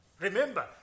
Remember